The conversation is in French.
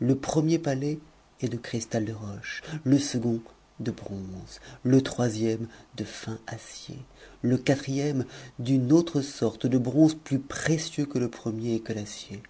le premier palais est de cristal de roche le second de bronze fe troisième de fin acier le quatrième d'une autre sorte de bronze plus précieux que le premier et que l'acier